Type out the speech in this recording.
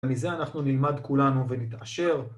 ומזה אנחנו נלמד כולנו ונתעשר